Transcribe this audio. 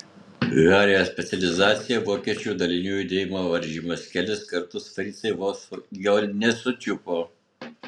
hario specializacija vokiečių dalinių judėjimo varžymas kelis kartus fricai jo vos nesučiupo